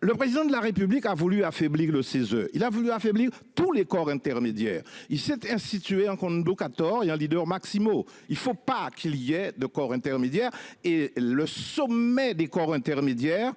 Le président de la République a voulu affaiblir le 16, il a voulu affaiblir pour les corps intermédiaires, il s'était institué en. Conducator hier le leader Maximo. Il ne faut pas qu'il y ait de corps intermédiaires et le sommet des corps intermédiaires,